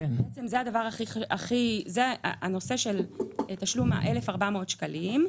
בנושא של תשלום 1,400 שקלים,